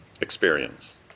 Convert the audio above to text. Experience